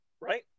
Right